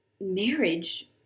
marriage